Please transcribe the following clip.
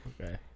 Okay